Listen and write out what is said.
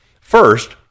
First